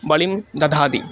बलिं ददाति